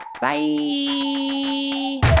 Bye